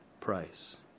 price